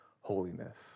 holiness